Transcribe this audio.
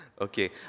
Okay